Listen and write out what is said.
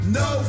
no